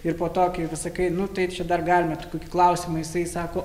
ir po to kai pasakai nu tai čia dar galime tokių tik klausimą jisai sako